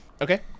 Okay